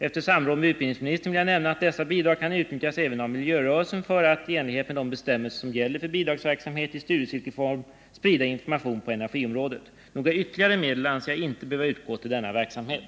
Efter samråd med utbildningsministern vill jag nämna att dessa bidrag kan utnyttjas även av miljörörelsen för att, i enlighet med de bestämmelser som gäller för bidragsverksamheten, i studiecirkelform sprida information på energiområdet. Några ytterligare medel anser jag inte behöver utgå till denna verksamhet.